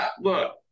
Look